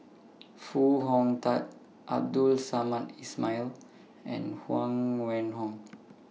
Foo Hong Tatt Abdul Samad Ismail and Huang Wenhong